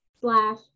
slash